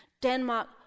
Denmark